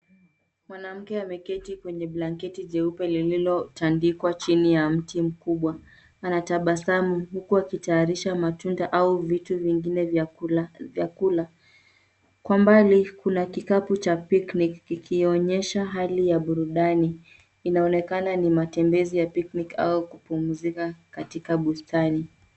Mwanamke ameketi kwenye blanketi jeupe lililotandikwa chini ya mti mkubwa. Anatabasamu huku akitayarisha matunda au vitu vingine vyakula vya kula. Kwa mbali kuna kikapu cha picnic kikionyesha hali ya burudani. Inaonekana ni matembezi ya picnic au kupumzika katika bustani.